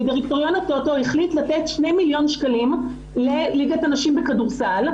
ודירקטוריון הטוטו החליט לתת שני מיליון שקלים לליגת הנשים בכדורסל,